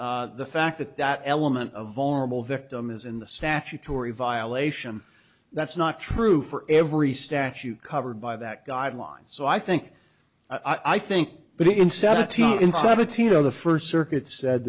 the fact that that element of vulnerable victim is in the statutory violation that's not true for every statute covered by that guideline so i think i think but in seventeen seventeen of the first circuit said